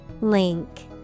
Link